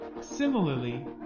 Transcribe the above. Similarly